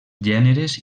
gèneres